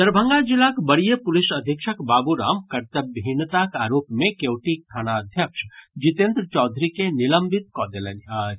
दरभंगा जिलाक वरीय पुलिस अधीक्षक बाबू राम कर्तव्यहीनताक आरोप मे केवटीक थानाध्यक्ष जितेन्द्र चौधरी के निलंबित कऽ देलनि अछि